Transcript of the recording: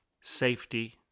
Safety